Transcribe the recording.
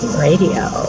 Radio